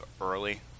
early